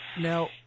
Now